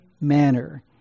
manner